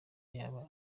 yaba